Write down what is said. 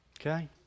Okay